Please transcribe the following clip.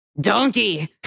Donkey